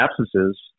absences